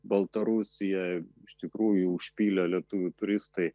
baltarusiją iš tikrųjų užpylė lietuvių turistai